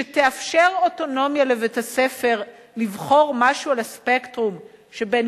שתאפשר אוטונומיה לבית-הספר לבחור משהו על הספקטרום שבין